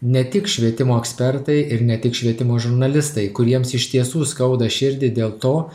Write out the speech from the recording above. ne tik švietimo ekspertai ir ne tik švietimo žurnalistai kuriems iš tiesų skauda širdį dėl to